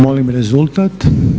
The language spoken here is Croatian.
Molim rezultat.